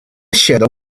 shadow